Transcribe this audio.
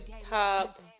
top